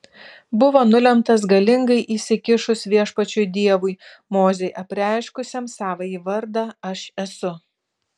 buvo nulemtas galingai įsikišus viešpačiui dievui mozei apreiškusiam savąjį vardą aš esu